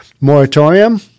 moratorium